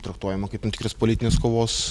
traktuojama kaip tam tikras politinės kovos